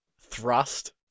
Thrust